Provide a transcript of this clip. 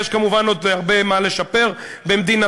יש כמובן עוד הרבה מה לשפר במדינתנו,